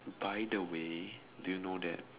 by the way do you know that